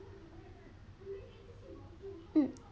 mm